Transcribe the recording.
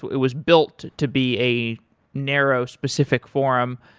it was built to be a narrow-specific forum.